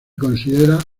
considera